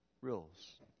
rules